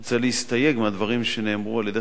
אני רוצה להסתייג מהדברים שנאמרו על-ידי